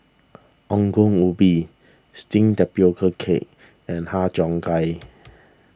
Ongol Ubi Steamed Tapioca Cake and Har Cheong Gai